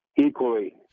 equally